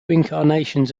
incarnations